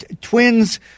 Twins